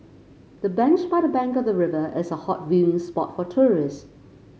the bench by the bank of the river is a hot viewing spot for tourist